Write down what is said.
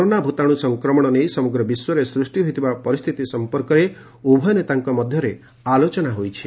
corona ଭୂତାଣୁ ସଂକ୍ରମଣ ନେଇ ସମଗ୍ର ବିଶ୍ୱରେ ସୃଷ୍ଟି ହୋଇଥିବା ପରିସ୍ଥିତି ସଂପର୍କରେ ଉଭୟ ନେତାଙ୍କ ମଧ୍ୟରେ ଆଲୋଚନା ହୋଇଛି